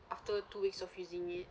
after two weeks of using it